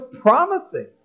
promising